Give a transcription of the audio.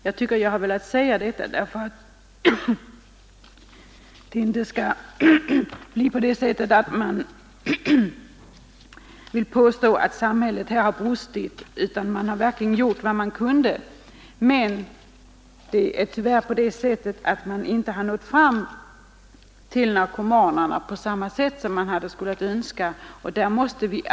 Jag har velat säga detta för att ingen skall kunna påstå att samhället har brustit i ansvar, utan man har gjort vad man har kunnat. Tyvärr har man emellertid inte nått fram till narkomanerna på det sätt som vore önskvärt.